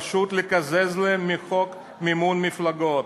פשוט לקזז להם מחוק מימון מפלגות.